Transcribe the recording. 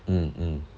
mm mm